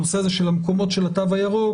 הנושא הזה של המקומות של התו הירוק,